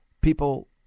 people